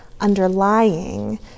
underlying